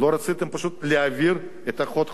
לא רציתם פשוט להעביר את החוק,